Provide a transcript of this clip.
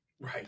Right